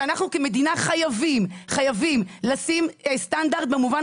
שאנחנו כמדינה חייבים לשים סטנדרט במובן